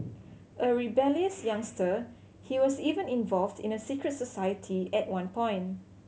a rebellious youngster he was even involved in a secret society at one point